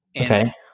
okay